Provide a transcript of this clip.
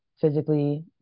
physically